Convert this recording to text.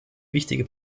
wichtige